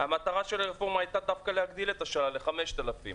המטרה של הרפורמה הייתה דווקא להגביל ל-5,000 טון.